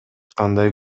кандай